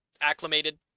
acclimated